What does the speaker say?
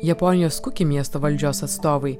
japonijos kuki miesto valdžios atstovai